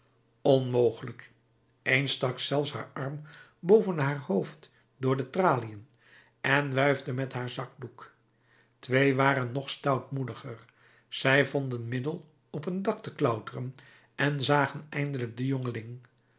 onmogelijk eén stak zelfs haar arm boven haar hoofd door de traliën en wuifde met haar zakdoek twee waren nog stoutmoediger zij vonden middel op een dak te klauteren en zagen eindelijk den